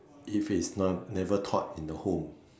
if it's nev~ never taught in a home